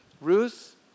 Ruth